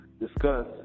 discuss